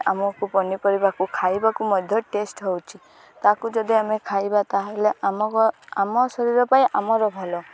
ଆମକୁ ପନିପରିବାକୁ ଖାଇବାକୁ ମଧ୍ୟ ଟେଷ୍ଟ୍ ହେଉଛି ତାକୁ ଯଦି ଆମେ ଖାଇବା ତାହେଲେ ଆମ ଆମ ଶରୀର ପାଇଁ ଆମର ଭଲ